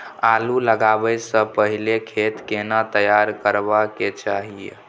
आलू लगाबै स पहिले खेत केना तैयार करबा के चाहय?